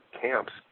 camps